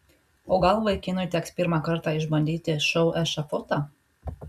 o gal vaikinui teks pirmą kartą išbandyti šou ešafotą